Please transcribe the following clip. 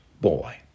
boy